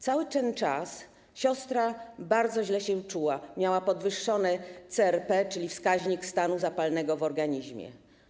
Cały ten czas siostra bardzo źle się czuła, miała podwyższone CRP, czyli wskaźnik stanu zapalnego w organizmie.